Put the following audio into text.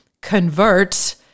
convert